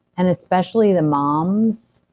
and especially the moms.